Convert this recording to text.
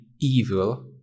evil